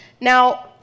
Now